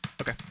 Okay